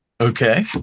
Okay